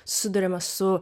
susiduriame su